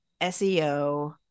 SEO